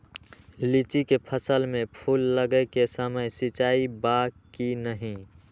लीची के फसल में फूल लगे के समय सिंचाई बा कि नही?